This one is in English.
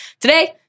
Today